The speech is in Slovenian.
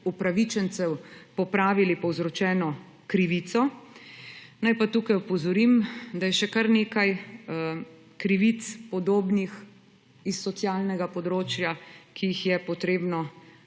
upravičencev popravili povzročeno krivico, naj pa tukaj opozorim, da je še kar nekaj podobnih krivic s socialnega področja, ki jih je potrebno